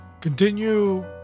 continue